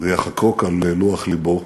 ויחקוק על לוח לבו.